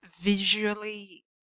visually